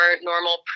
normal